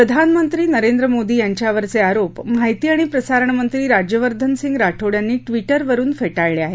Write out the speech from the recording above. प्रधानमंत्री नरेंद्र मोदी यांच्यावरचे आरोप माहिती आणि प्रसारण मंत्री राज्यवर्धन राठोड यांनी ट्विटवरुन फेटाळले आहेत